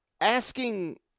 asking